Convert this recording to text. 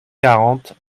quarante